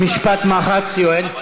משפט מחץ, יואל.